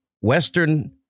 Western